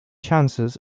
chances